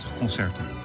concerten